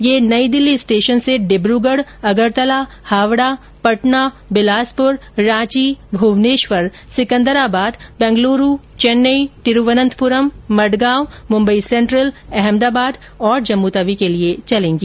ये नई दिल्ली स्टेशन से डिब्र्गढ़ अगरतला हावड़ा पटना बिलासपुर रांची भुवनेश्वर सिकंदराबाद बंगलुरू चेन्नई तिरुवनंतपुरम मडगांव मुंबई सेंट्रल अहमदाबाद और जम्मूतवी के लिए चलेंगी